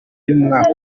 y’umwaka